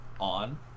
on